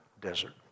desert